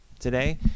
Today